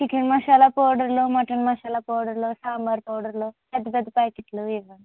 chicken masala పౌడర్లు mutton masala పౌడర్లు సాంబార్ పౌడర్లు పెద్ద పెద్ద ప్యాకెట్లు ఇవ్వండి